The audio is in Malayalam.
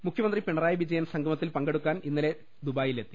മുഖ്യമന്ത്രി പിണറായി വിജയൻ സംഗമത്തിൽ പങ്കെടു ക്കാൻ ഇന്നലെ ദുബായിയിലെത്തി